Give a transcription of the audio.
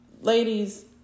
ladies